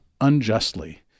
unjustly